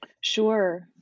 Sure